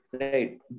Right